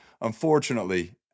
Unfortunately